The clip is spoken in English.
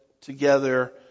together